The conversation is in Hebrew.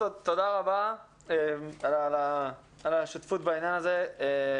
תודה רבה על השותפות בעניין הזה.